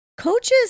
Coaches